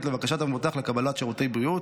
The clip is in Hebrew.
לבקשת המבוטח לקבלת שירותי בריאות,